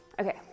Okay